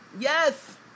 yes